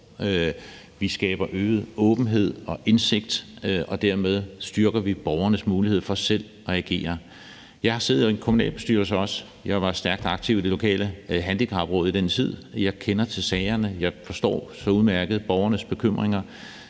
Vi skaber øget åbenhed og indsigt, og dermed styrker vi borgernes mulighed for selv at agere. Jeg har også siddet i en kommunalbestyrelse, og jeg var stærkt aktiv i det lokale handicapråd i den tid, så jeg kender til sagerne, og jeg forstår så udmærket borgernes bekymringer.